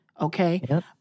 okay